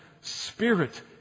Spirit